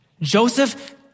Joseph